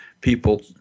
People